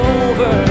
over